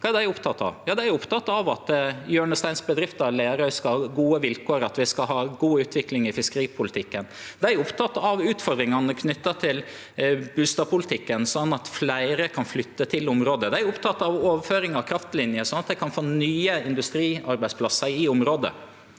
Dei er opptekne av at hjørnesteinsbedrifta Lerøy skal ha gode vilkår, at vi skal ha god utvikling i fiskeripolitikken. Dei er opptekne av utfordringane knytte til bustadpolitikken, sånn at fleire kan flytte til området. Dei er opptekne av overføring av kraftliner, slik at dei kan få nye industriarbeidsplassar i området.